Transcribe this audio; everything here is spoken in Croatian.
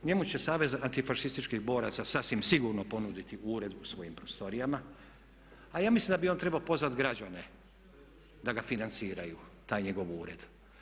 Njemu će Savez antifašističkih boraca sasvim sigurno ponudi ured u svojim prostorijama a ja mislim da bi on trebao pozvati građane da ga financiraju, taj njegov ured.